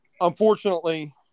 Unfortunately